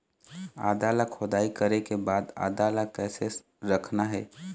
आदा ला खोदाई करे के बाद आदा ला कैसे रखना हे?